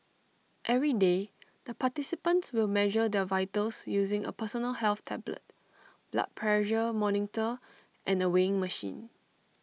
every day the participants will measure their vitals using A personal health tablet blood pressure monitor and A weighing machine